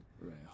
Right